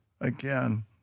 again